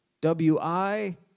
W-I